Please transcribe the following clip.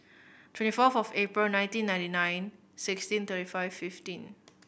twenty fourth of April nineteen ninety nine sixteen thirty five fifteen